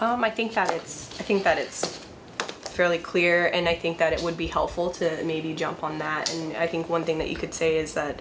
might think that it's i think that it's fairly clear and i think that it would be helpful to maybe jump on that and i think one thing that you could say is that